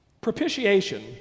propitiation